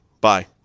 bye